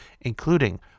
including